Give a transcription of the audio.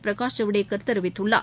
பிரகாஷ் ஐவ்டேகர் தெரிவித்துள்ளார்